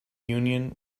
union